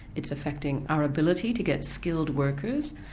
it's affecting our ability to get skilled workers,